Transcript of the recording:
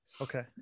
okay